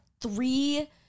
three